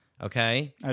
Okay